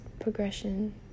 progression